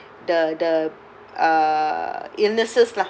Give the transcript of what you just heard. the the uh illnesses lah